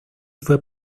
fue